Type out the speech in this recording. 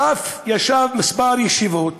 ואף ישב מספר ישיבות